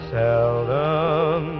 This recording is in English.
seldom